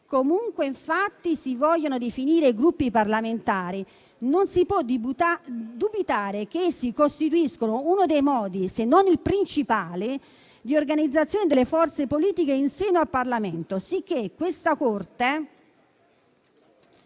«comunque infatti si vogliano definire i Gruppi parlamentari, non si può dubitare che essi costituiscono uno dei modi, se non il principale, di organizzazione delle forze politiche in seno al Parlamento, sicché questa Corte